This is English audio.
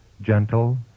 gentle